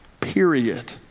Period